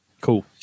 Cool